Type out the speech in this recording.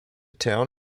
town